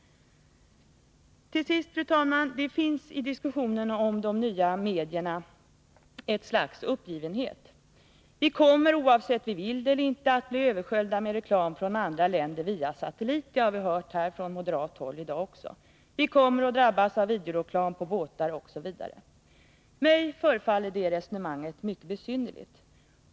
Till sist, fru talman! Det finns i diskussionerna om de nya medierna ett slags uppgivenhet. Vi kommer att, oavsett vi vill det eller ej, bli översköljda med reklam från andra länder via satellit — det har vi hört också från moderat håll här i dag. Vi kommer att drabbas av videoreklam på båtar, osv. Mig förefaller det resonemanget mycket besynnerligt.